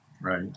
right